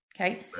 okay